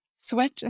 sweat